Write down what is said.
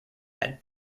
had